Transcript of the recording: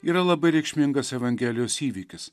yra labai reikšmingas evangelijos įvykis